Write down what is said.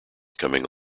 coming